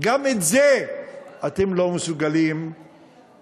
גם את זה אתם לא מסוגלים לעשות.